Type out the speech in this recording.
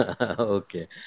Okay